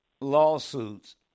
lawsuits